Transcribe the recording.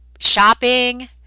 shopping